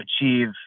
achieve